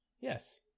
yes